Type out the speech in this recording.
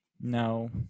No